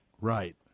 Right